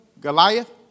Goliath